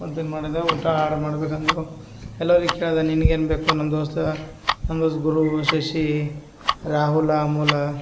ಮತ್ತು ಏನು ಮಾಡಿದೆ ಊಟ ಆಡ್ರ್ ಮಾಡಬೇಕಂದಿರೊ ಎಲ್ಲರಿಗೆ ಕೇಳಿದೆ ನಿನಗೇನುಬೇಕು ನನ್ನ ದೋಸ್ತ ನಮ್ಮ ದೋಸ್ತ ಗುರು ಶಶಿ ರಾಹುಲ ಅಮೂಲ